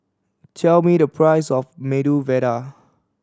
tell me the price of Medu Vada